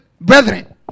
brethren